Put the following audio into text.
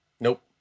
Nope